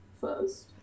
first